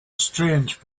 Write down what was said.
strange